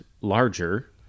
larger